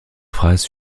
phrase